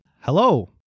Hello